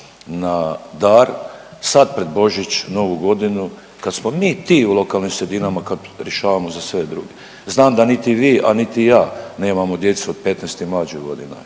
na dar sad pred Božić, novu godinu kad smo mi ti u lokalnim sredinama kad rješavamo za sve druge. Znam da niti vi, a niti ja nemamo djecu od 15 i mlađih godina